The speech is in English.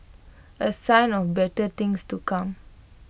A sign of better things to come